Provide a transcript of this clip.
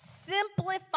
simplify